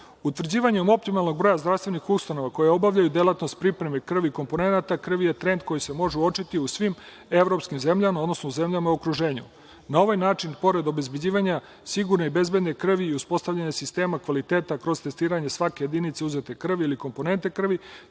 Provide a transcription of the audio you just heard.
Utvrđivanjem optimalnog broja zdravstvenih ustanova koje obavljaju delatnost pripreme krvi i komponenata krvi je trend koji se može uočiti u svim evropskim zemljama, odnosno u zemljama u okruženju. Na ovaj način, pored obezbeđivanja sigurne i bezbedne krvi i uspostavljanja sistema kvaliteta kroz testiranje svake jedinice uzete krvi ili komponente krvi,